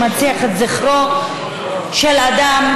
שמנציח את זכרו של אדם,